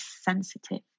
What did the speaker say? sensitive